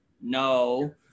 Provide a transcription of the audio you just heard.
no